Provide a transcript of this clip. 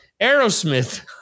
Aerosmith